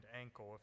ankle